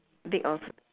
big or s~